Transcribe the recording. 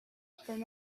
from